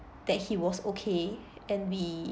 that he was okay and we